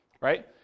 right